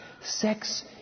Sex